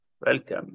Welcome